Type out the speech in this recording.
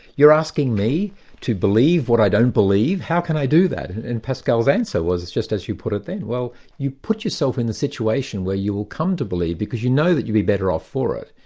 you're asking me to believe what i don't believe? how can i do that? and pascal's answer was just as you put it then. well you put yourself in a situation where you will come to believe because you know that you'll be better off for it.